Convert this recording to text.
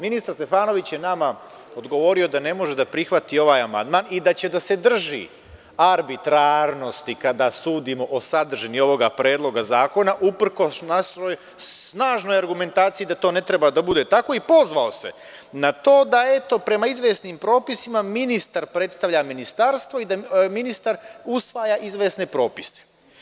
Ministar Stefanović je nama odgovorio da ne može da prihvati ovaj amandman i da će da se drži arbitrarnosti kada sudimo o sadržini ovog predloga zakona, uprkos našoj snažnoj argumentaciji da to ne treba da bude tako, i pozvao se na to da prema izvesnim propisima ministar predstavlja ministarstvo i da ministar usvaja izvesne propise.